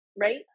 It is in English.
right